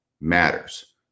matters